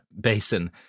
Basin